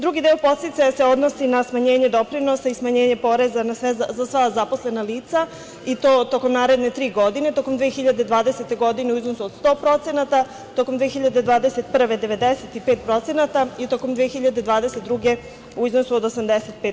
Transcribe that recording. Drugi deo podsticaja se odnosi na smanjenje doprinosa i smanjenje poreza za sva zaposlena lica i to tokom naredne tri godine - tokom 2020. godine u iznosu od 100%, tokom 2021. godine 95%, i tokom 2022. godine u iznosu od 85%